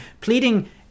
pleading